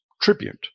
tribute